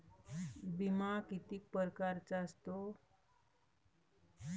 बिमा किती परकारचा असतो?